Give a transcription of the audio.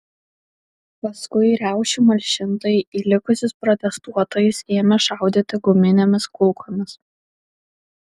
paskui riaušių malšintojai į likusius protestuotojus ėmė šaudyti guminėmis kulkomis